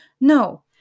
No